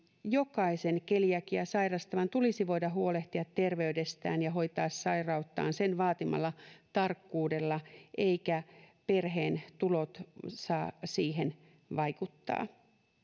jokaisen keliakiaa sairastavan tulisi voida huolehtia terveydestään ja hoitaa sairauttaan sen vaatimalla tarkkuudella eivätkä perheen tulot saa siihen vaikuttaa